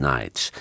Nights